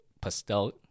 pastel